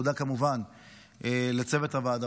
תודה כמובן לצוות הוועדה,